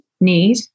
need